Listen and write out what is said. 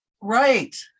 Right